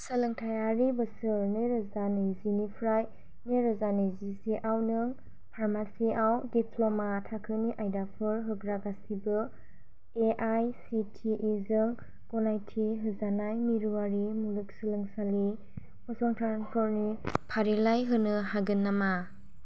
सोलोंथायारि बोसोर नैरोजा नैजिनिफ्राय नैरोजा नैजिसेआव नों फार्मासिआव दिप्ल'मा थाखोनि आयदाफोर होग्रा गासिबो A I C T E जों गनायथि होजानाय मिरुआरि मुलुगसोंलोंसालि फसंथानफोरनि फारिलाइ होनो हागोन नामा